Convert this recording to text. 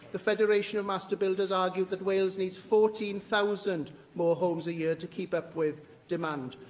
the federation of master builders argued that wales needs fourteen thousand more homes a year to keep up with demand.